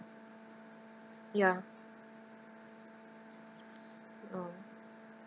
ya